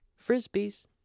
frisbees